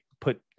put